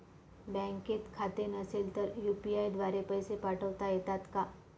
बँकेत खाते नसेल तर यू.पी.आय द्वारे पैसे पाठवता येतात का?